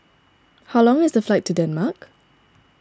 how long is the flight to Denmark